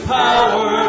power